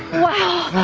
wow.